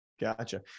Gotcha